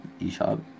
eShop